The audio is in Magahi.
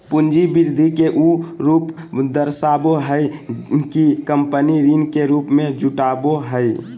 पूंजी वृद्धि के उ रूप दर्शाबो हइ कि कंपनी ऋण के रूप में जुटाबो हइ